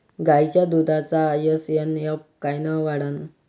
गायीच्या दुधाचा एस.एन.एफ कायनं वाढन?